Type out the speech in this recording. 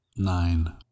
Nine